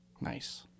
Nice